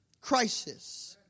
crisis